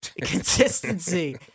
Consistency